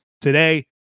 today